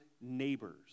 neighbors